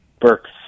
Burks